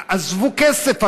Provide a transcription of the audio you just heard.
עזבו כסף,